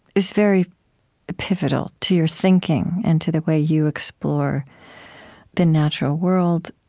is very pivotal to your thinking, and to the way you explore the natural world,